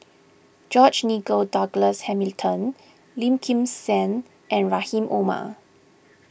George Nigel Douglas Hamilton Lim Kim San and Rahim Omar